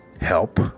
help